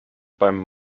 beim